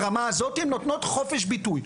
ברמה הזאת הן נותנות חופש ביטוי.